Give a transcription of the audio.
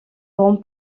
rond